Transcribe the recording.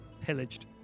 pillaged